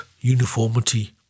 uniformity